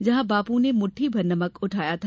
जहां बापू ने मुटठी भर नमक उठाया था